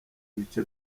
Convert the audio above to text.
bice